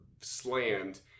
slammed